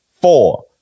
four